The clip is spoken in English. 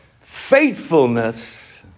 faithfulness